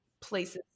places